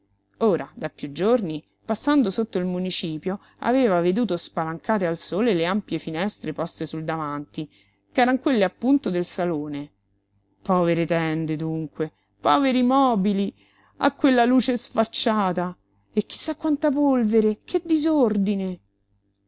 ora da piú giorni passando sotto il municipio aveva veduto spalancate al sole le ampie finestre poste sul davanti ch'eran quelle appunto del salone povere tende dunque poveri mobili a quella luce sfacciata e chi sa quanta polvere che disordine